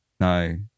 no